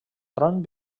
tron